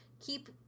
keep